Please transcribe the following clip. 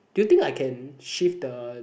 do you think I can shift the